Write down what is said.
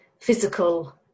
physical